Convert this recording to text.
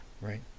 right